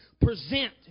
present